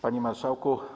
Panie Marszałku!